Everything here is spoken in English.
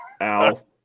Al